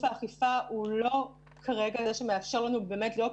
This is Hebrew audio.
האכיפה הוא לא כרגע זה שמאפשר לנו לראות